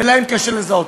ולכן קשה לזהות,